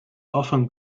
often